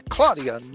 Claudia